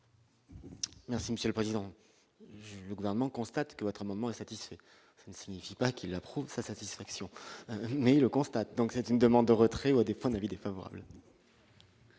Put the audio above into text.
Merci monsieur le président, le gouvernement constate que votre moment est satisfait ne signifie pas qu'il approuve sa satisfaction, mais le constat, donc c'est une demande de retrait ou à défaut un avis défavorable.